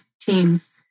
teams